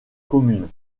commune